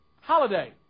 holiday